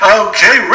okay